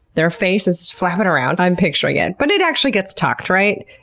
their face is flappin' around i'm picturing it but it actually gets tucked, right?